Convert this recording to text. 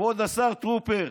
כבוד השר טרופר,